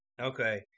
Okay